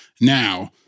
now